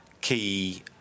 Key